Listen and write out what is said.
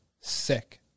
sick